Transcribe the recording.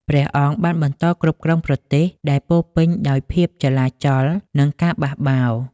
ព្រះអង្គបានបន្តគ្រប់គ្រងប្រទេសដែលពោរពេញដោយភាពចលាចល និងការបះបោរ។